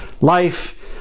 Life